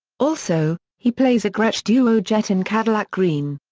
also, he plays a gretsch duo jet in cadillac green.